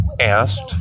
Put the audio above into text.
asked